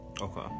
okay